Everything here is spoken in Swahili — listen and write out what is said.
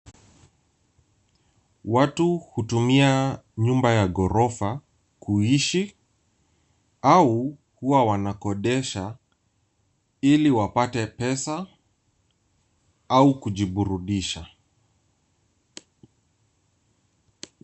Watu hutumia nyumba ya ghorofa; kuishi au huwa wanakodisha ili wapate pesa au kujiburudisha.